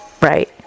right